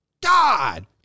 God